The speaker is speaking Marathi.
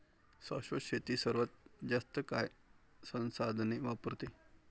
शाश्वत शेती सर्वात जास्त काळ संसाधने वापरते